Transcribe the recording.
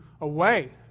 away